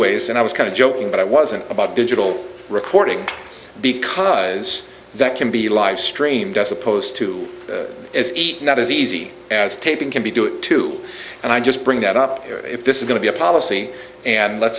ways and i was kind of joking but i wasn't about digital recording because that can be a live stream does a post to it's not as easy as taping can be do it too and i just bring that up here if this is going to be a policy and let's